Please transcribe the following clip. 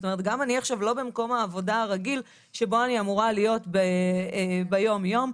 גם אני עכשיו לא במקום העבודה הרגיל שבו אני אמורה להיות ביום יום,